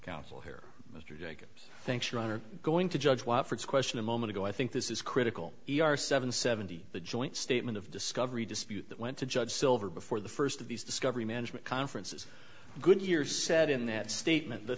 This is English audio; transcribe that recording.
counsel here mr jacobs thanks your honor going to judge white for its question a moment ago i think this is critical e r seven seventy the joint statement of discovery dispute that went to judge silver before the first of these discovery management conferences goodyears said in that statement the